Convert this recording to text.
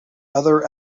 other